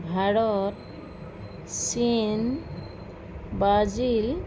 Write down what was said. ভাৰত চীন ব্ৰাজিল